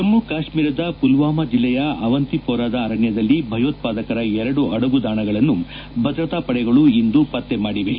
ಜಮ್ನು ಕಾಶ್ನೀರದ ಪುಲ್ವಮಾ ಜೆಲ್ಲೆಯ ಅವಂತಿಪೋರದ ಅರಣ್ಣದಲ್ಲಿ ಭಯೋತ್ವಾದಕರ ಎರಡು ಅಡಗು ತಾಣಗಳನ್ನು ಭದ್ರತಾಪಡೆಗಳು ಇಂದು ಪತ್ತೆ ಮಾಡಿವೆ